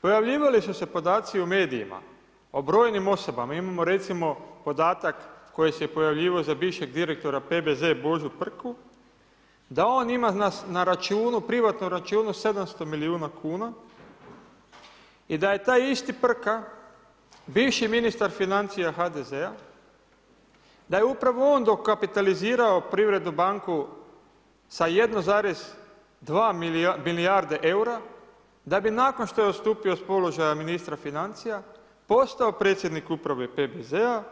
Pojavljivali su se podaci u medijima o brojnim osobama, imamo recimo podatak koji se pojavljivao za bivšeg direktora PBZ Božu Prku da on ima na računu, privatnom računu 700 milijuna kuna i da je taj isti Prka bivši ministar financija HDZ-a, da je upravo on dokapitalizirao Privrednu banku sa 1,2 milijarde eura da bi nakon što je odstupio s položaja ministra financija postao predsjednik Uprave PBZ-a